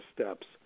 steps